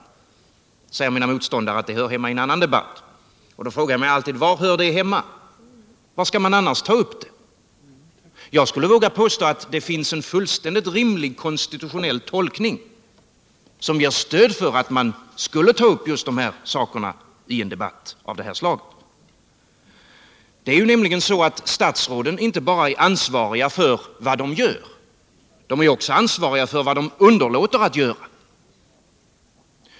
Mina motståndare säger mycket ofta att det jag för fram hör hemma i en annan debatt. Då frågar jag mig alltid: Var hör det hemma? Var skall man ta upp det? Jag vågar påstå att det finns en fullständigt rimlig konstitutionell tolkning som ger stöd för att man skall ta upp de här sakerna just i en debatt av detta slag. Statsråd är ju ansvariga inte bara för vad de gör utan också för vad de underlåter att göra.